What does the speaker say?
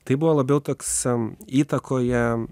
tai buvo labiau toks įtakoję